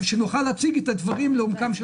כדי שנוכל להציג את הדברים לעומקם.